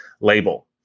label